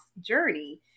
journey